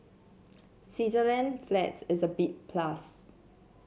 Switzerland flags is a big plus